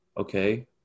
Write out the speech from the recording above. okay